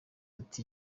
ati